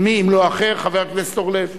של מי אם לא חבר הכנסת אורלב.